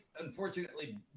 unfortunately